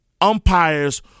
umpires